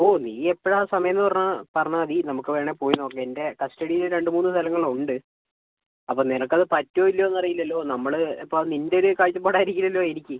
ഓ നീ എപ്പോഴാണ് സമയം എന്ന് പറഞ്ഞാൽ പറഞ്ഞാൽ മതി നമുക്ക് വേണമെങ്കിൽ പോയി നോക്കാം എൻ്റെ കസ്റ്റഡിയിൽ രണ്ട് മൂന്ന് സ്ഥലങ്ങൾ ഉണ്ട് അപ്പം നിനക്ക് അത് പറ്റുവോ ഇല്ലയോ എന്ന് അറിയില്ലല്ലോ നമ്മൾ ഇപ്പം നിൻ്റെ ഒരു കാഴ്ചപ്പാട് ആയിരിക്കില്ലല്ലോ എനിക്ക്